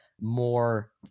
more